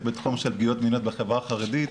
בתחום של פגיעות מיניות בחברה החרדית,